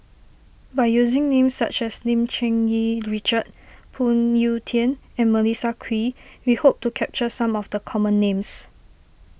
by using names such as Lim Cherng Yih Richard Phoon Yew Tien and Melissa Kwee we hope to capture some of the common names